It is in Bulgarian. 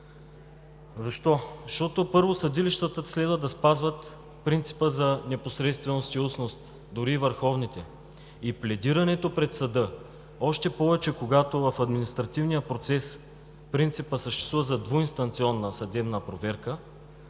Защо? Защото, първо, съдилищата следва да спазват принципа за непосредственост и устност дори и върховните. И пледирането пред съда, още повече когато в административния процес принципът съществува за двуинстанционна съдебна проверка